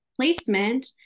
placement